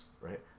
right